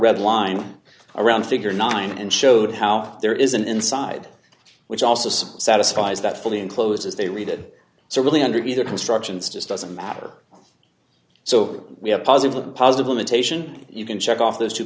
red line around figure nine and showed how there is an inside which also says satisfies that fully enclosed as they redid so really under either constructions just doesn't matter so we have positive positive limitation you can check off those two